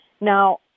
Now